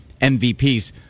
MVPs